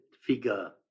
figure